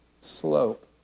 slope